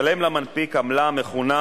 הצעת חוק הבנקאות (רישוי) (תיקון מס' 18),